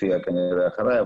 ידבר כנראה אחרי.